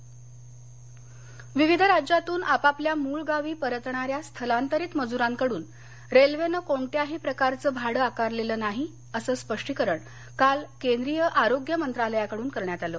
मजर रूथलांतर विविध राज्यातून आपापल्या मूळ गावी परतणाऱ्या स्थलांतरित मजुरांकडून रेल्वेनं कोणत्याही प्रकारचं भाडं आकारलेलं नाही असं स्पष्टीकरण काल केंद्रीय आरोग्य मंत्रालयाकडून करण्यात आलं